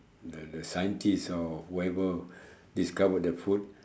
the the scientist or whoever discovered the food